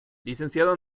licenciado